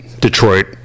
Detroit